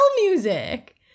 music